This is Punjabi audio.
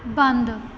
ਬੰਦ